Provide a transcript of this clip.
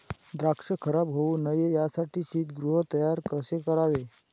द्राक्ष खराब होऊ नये यासाठी शीतगृह तयार कसे करावे?